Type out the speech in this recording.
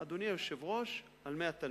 אדוני היושב-ראש, אנחנו מדברים על 100 תלמידים.